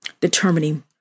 determining